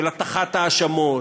של הטחת האשמות,